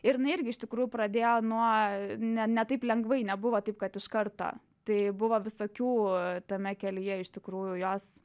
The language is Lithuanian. ir jinai irgi iš tikrųjų pradėjo nuo ne ne taip lengvai nebuvo taip kad iš karto tai buvo visokių tame kelyje iš tikrųjų jos